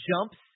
jumps